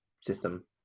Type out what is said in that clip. system